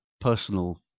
personal